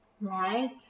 Right